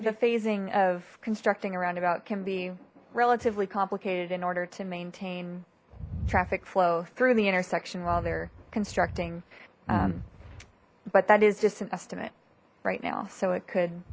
the phasing of constructing a roundabout can be relatively complicated in order to maintain traffic flow through the intersection while they're constructing but that is just an estimate right now so it could